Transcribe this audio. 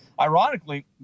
Ironically